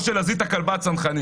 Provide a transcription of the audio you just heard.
או של עזית הכלבה הצנחנית,